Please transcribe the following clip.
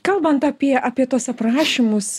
kalbant apie apie tuos aprašymus